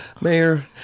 Mayor